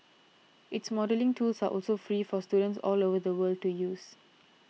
its modelling tools are also free for students all over the world to use